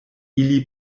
ili